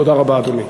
תודה רבה, אדוני.